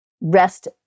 rest